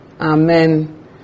Amen